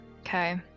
Okay